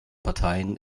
parteien